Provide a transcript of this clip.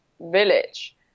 village